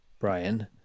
Brian